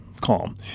calm